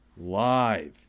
live